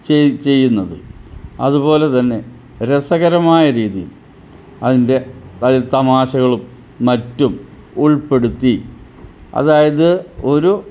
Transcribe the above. ചെയ്യുന്നത് അതുപോലെതന്നെ രസകരമായ രീതിയിൽ അതിൻ്റെ പല തമാശകളും മറ്റും ഉൾപ്പെടുത്തി അതായത് ഒരു